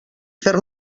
fer